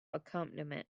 accompaniment